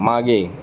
मागे